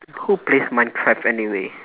who plays minecraft anyway